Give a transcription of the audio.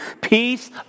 Peace